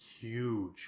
huge